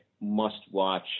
must-watch –